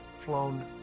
flown